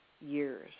years